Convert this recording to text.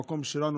המקום שלנו,